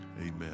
Amen